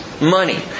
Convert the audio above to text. money